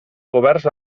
coberts